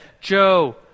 Joe